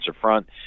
front